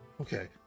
Okay